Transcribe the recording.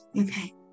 Okay